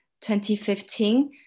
2015